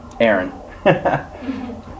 Aaron